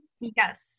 Yes